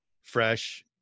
fresh